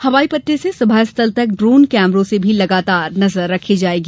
हवाई पट्टी से सभा स्थल तक ड्रोन कैमरों से भी लगातार नजर रखी जाएगी